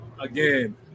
again